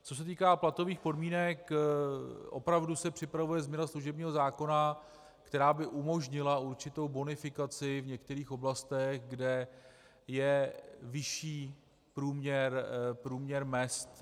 Co se týká platových podmínek, opravdu se připravuje změna služebního zákona, která by umožnila určitou bonifikaci v některých oblastech, kde je vyšší průměr mezd.